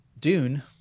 Dune